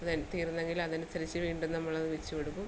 തീർന്നെങ്കിലതനുസരിച്ച് വീണ്ടും നമ്മളത് വെച്ച് കൊടുക്കും